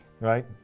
right